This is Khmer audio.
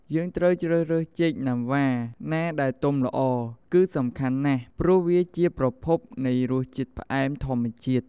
យើងត្រូវជ្រើសរើសចេកណាំវ៉ាណាដែលទុំល្អ គឺសំខាន់ណាស់ ព្រោះវាជាប្រភពនៃរសជាតិផ្អែមធម្មជាតិ។